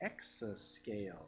exascale